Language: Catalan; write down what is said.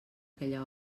aquella